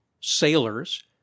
sailors